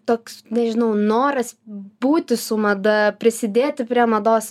toks nežinau noras būti su mada prisidėti prie mados